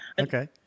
okay